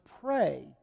pray